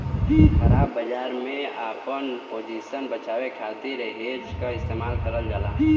ख़राब बाजार में आपन पोजीशन बचावे खातिर हेज क इस्तेमाल करल जाला